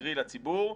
קרי לציבור,